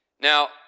Now